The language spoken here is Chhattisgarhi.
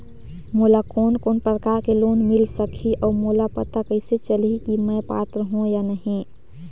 मोला कोन कोन प्रकार के लोन मिल सकही और मोला पता कइसे चलही की मैं पात्र हों या नहीं?